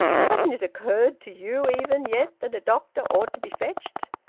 hasn't it occurred to you even yet that a doctor ought to be fetched?